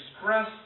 express